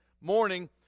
morning